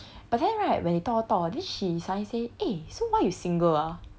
but then right when they talk talk talk orh then she suddenly say eh so why you single ah